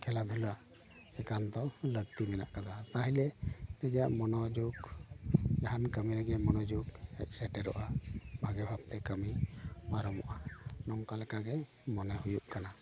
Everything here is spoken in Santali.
ᱠᱷᱮᱞᱟ ᱫᱷᱩᱞᱟ ᱮᱠᱟᱱᱛᱚ ᱞᱟᱹᱠᱛᱤ ᱢᱮᱱᱟᱜ ᱠᱟᱫᱟ ᱛᱟᱦᱞᱮ ᱯᱟᱹᱴᱷᱣᱟᱹ ᱟᱜ ᱢᱚᱱᱚᱡᱳᱜᱽ ᱡᱟᱦᱟᱱ ᱠᱟᱹᱢᱤ ᱨᱮᱜᱮ ᱢᱚᱱᱚᱡᱳᱜᱽ ᱦᱮᱡ ᱥᱮᱴᱮᱨᱚᱜᱼᱟ ᱵᱷᱟᱜᱮ ᱵᱷᱟᱵᱽ ᱛᱮ ᱠᱟᱹᱢᱤ ᱯᱟᱨᱚᱢᱚᱜᱼᱟ ᱱᱚᱝᱠᱟ ᱞᱮᱠᱟᱜᱮ ᱢᱚᱱᱮ ᱦᱩᱭᱩᱜ ᱠᱟᱱᱟ